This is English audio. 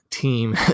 Team